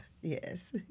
Yes